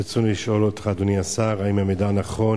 רצוני לשאול אותך, אדוני השר: האם המידע נכון?